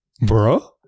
bro